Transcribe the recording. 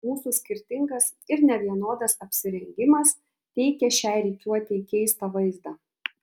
mūsų skirtingas ir nevienodas apsirengimas teikė šiai rikiuotei keistą vaizdą